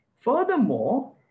Furthermore